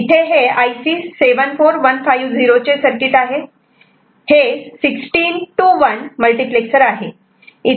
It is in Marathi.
इथे हे IC 74150 चे सर्किट आहे हे 16 to 1 मल्टिप्लेक्सर आहे